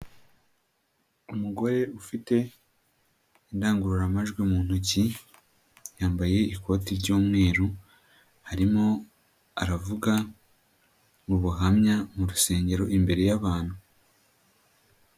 Umugore ufite indangururamajwi mu ntoki yambaye ikoti ry'umweru arimo aravuga mu buhamya mu rusengero imbere y'abantu.